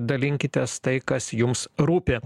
dalinkitės tai kas jums rūpi